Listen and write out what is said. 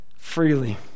freely